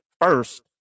first